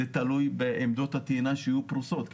זה תלוי בעמדות הטעינה שתהיינה פרוסות.